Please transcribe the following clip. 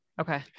okay